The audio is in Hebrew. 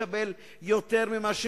חברי חברי הכנסת, ידידי סגן השר מתן וילנאי,